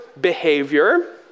behavior